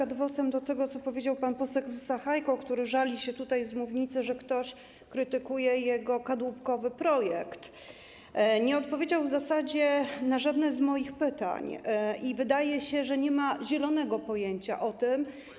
Ad vocem tego, co powiedział pan poseł Sachajko, który żali się tutaj z mównicy, że ktoś krytykuje jego kadłubkowy projekt - nie odpowiedział w zasadzie na żadne z moich pytań i wydaje się, że nie ma zielonego pojęcia o tym.